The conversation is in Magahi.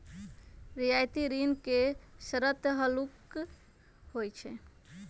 रियायती ऋण के शरत हल्लुक होइ छइ